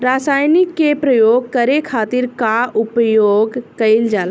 रसायनिक के प्रयोग करे खातिर का उपयोग कईल जाला?